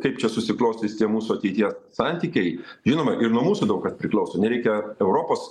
kaip čia susiklostys tie mūsų ateities santykiai žinoma ir nuo mūsų daug kas priklauso nereikia europos